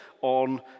on